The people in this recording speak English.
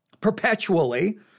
perpetually